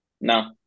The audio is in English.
No